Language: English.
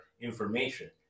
information